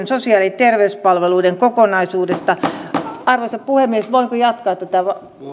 sosiaali ja terveyspalveluiden kokonaisuudesta arvoisa puhemies voinko jatkaa tätä